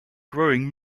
growing